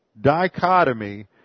dichotomy